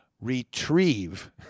retrieve